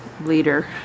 leader